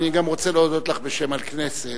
אני גם רוצה להודות לך בשם הכנסת